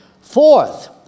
Fourth